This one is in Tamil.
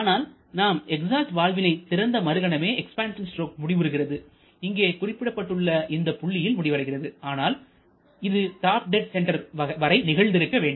ஆனால் நாம் எக்ஸாஸ்ட் வால்வினை திறந்த மறுகணமே எக்ஸ்பேன்சன் ஸ்ட்ரோக் முடிவுறுகிறது இங்கே குறிப்பிடப்பட்டுள்ள இந்தப் புள்ளியில் முடிவடைகிறது ஆனால் இது டாப் டெட் சென்டர் வரை நிகழ்ந்திருக்க வேண்டும்